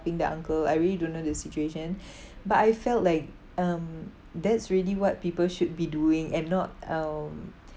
the uncle I really don't know the situation but I felt like um that's really what people should be doing and not um